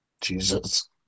Jesus